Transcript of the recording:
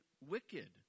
wicked